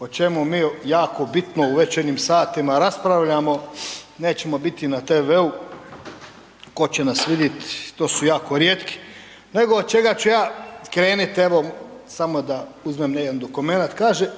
o čemu mi jako bitno u večernjim satima raspravljamo, nećemo biti na TV-u, ko će nas vidit, to su jako rijetki. Nego od čega ću ja krenit, evo samo da uzmem jedan dokumenat, kaže